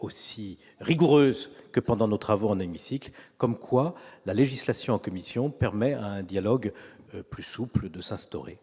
aussi rigoureuse que pendant nos travaux en hémicycle comme quoi la législation commission permet un dialogue plus souple de s'instaurer.